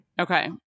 Okay